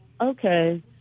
Okay